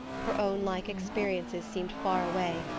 her own like experiences seemed far away,